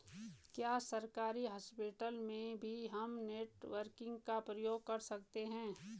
क्या सरकारी हॉस्पिटल में भी हम नेट बैंकिंग का प्रयोग कर सकते हैं?